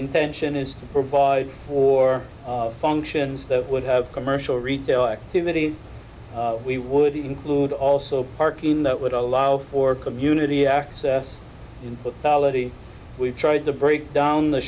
intention is to provide for functions that would have commercial retail activities we would include also parking that would allow for community access in pathology we've tried to break down the